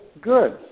good